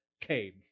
came